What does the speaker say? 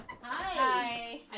Hi